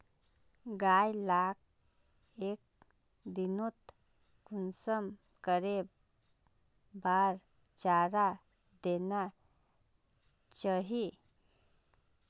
गाय लाक एक दिनोत कुंसम करे बार चारा देना चही?